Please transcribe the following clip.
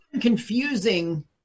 Confusing